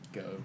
go